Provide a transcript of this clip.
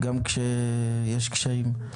גם כשיש קשיים.